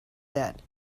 that